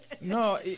No